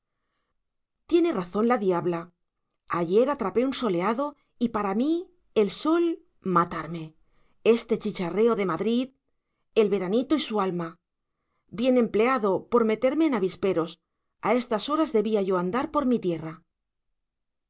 tiene razón la diabla ayer atrapé un soleado y para mí el sol matarme este chicharrero de madrid el veranito y su alma bien empleado por meterme en avisperos a estas horas debía yo andar por mi tierra